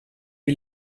che